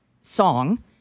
song